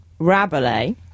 Rabelais